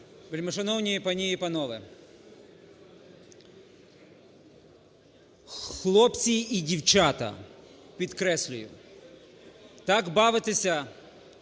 Вельмишановні пані і панове, хлопці і дівчата, підкреслюю, так бавитися